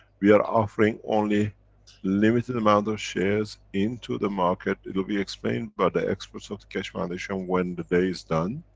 we are offering only limited amount of shares into the market, it will be explained by the experts of the keshe foundation, when the day is done.